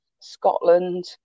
Scotland